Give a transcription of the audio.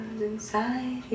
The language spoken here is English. inside